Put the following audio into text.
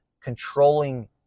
controlling